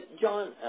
John